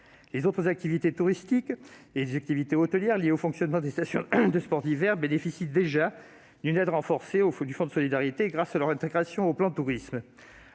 Les autres activités touristiques et les activités hôtelières liées au fonctionnement des stations de sports d'hiver bénéficient déjà d'une aide renforcée du fonds de solidarité, grâce à leur intégration au plan Tourisme.